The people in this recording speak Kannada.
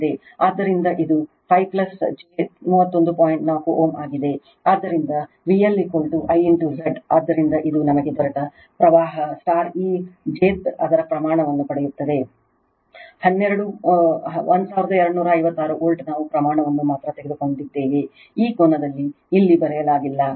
ಆದ್ದರಿಂದ VLI Z ಆದ್ದರಿಂದ ಇದು ನಮಗೆ ದೊರೆತ ಪ್ರವಾಹ ಈ ಜೆಥ್ ಅದರ ಪ್ರಮಾಣವನ್ನು ಪಡೆಯುತ್ತದೆ 12 1256 ವೋಲ್ಟ್ ನಾವು ಪ್ರಮಾಣವನ್ನು ಮಾತ್ರ ತೆಗೆದುಕೊಂಡಿದ್ದೇವೆ ಈ ಕೋನವನ್ನು ಇಲ್ಲಿ ಬರೆಯಲಾಗಿಲ್ಲ